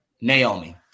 Naomi